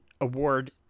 award